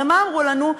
הרי מה אמרו לנו?